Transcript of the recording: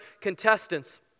contestants